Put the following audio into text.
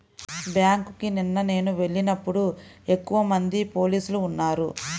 బ్యేంకుకి నిన్న నేను వెళ్ళినప్పుడు ఎక్కువమంది పోలీసులు ఉన్నారు